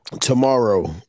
tomorrow